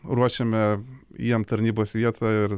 ruošiame jiem tarnybos vietą ir